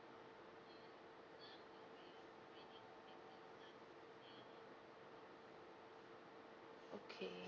okay